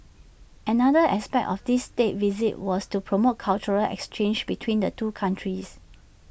another aspect of this State Visit was to promote cultural exchanges between the two countries